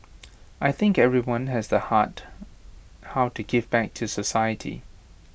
I think everyone has the heart how to give back to society